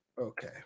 Okay